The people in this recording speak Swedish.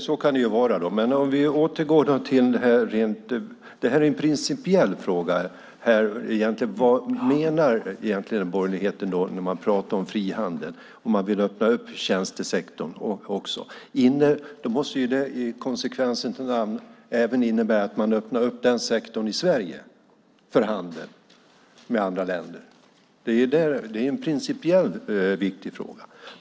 Herr talman! Så kan det vara. Detta är en principiell fråga. Vad menar egentligen borgerligheten när man pratar om frihandel? Man vill också öppna upp tjänstesektorn. Då måste det i konsekvensens namn även innebära att man öppnar upp den sektorn i Sverige för handel med andra länder. Det är en principiellt viktig fråga.